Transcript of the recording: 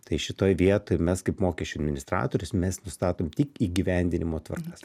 tai šitoj vietoj mes kaip mokesčių administratorius mes nustatom tik įgyvendinimo tvarkas